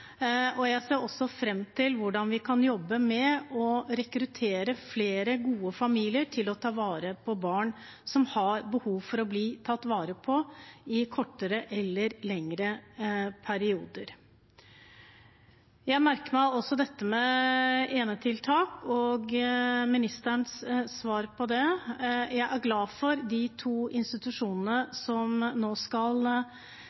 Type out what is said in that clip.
og jeg ser fram til hvordan vi kan jobbe med å rekruttere flere gode familier til å ta vare på barn som har behov for å bli tatt vare på i kortere eller lengre perioder. Jeg merker meg også dette med enetiltak og ministerens svar på det. Jeg er glad for de to